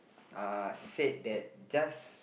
uh say that just